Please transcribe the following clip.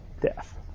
death